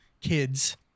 kids